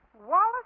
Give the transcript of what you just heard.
Wallace